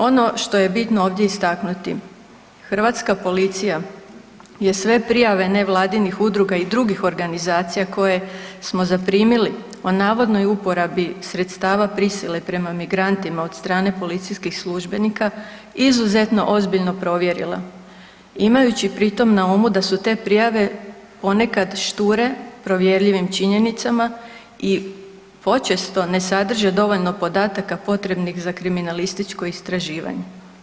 Ono što je bitno ovdje istaknuti, hrvatska policija je sve prijave nevladinih udruga i drugih organizacija koje smo zaprimili o navodnoj uporabi sredstava prisile prema migrantima od strane policijskih službenika izuzetno ozbiljno provjerila imajući pritom na umu da su te prijave ponekad šture provjerljivim činjenicama i počesto ne sadrže dovoljno podataka potrebnih za kriminalističko istraživanje.